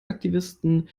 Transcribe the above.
aktivisten